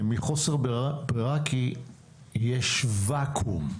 מחוסר ברירה, כי יש ואקום.